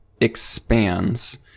expands